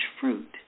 fruit